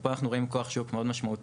ופה אנחנו רואים כוח שוק מאוד משמעותי,